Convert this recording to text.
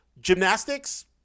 gymnastics